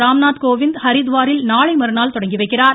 ராம்நாத் கோவிந்த் ஹரித்வாரில் நாளை மறுநாள் தொடங்கிவைக்கிறார்